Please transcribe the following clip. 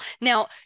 Now